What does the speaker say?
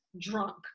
drunk